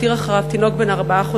שהותיר אחריו תינוק בן ארבעה חודשים.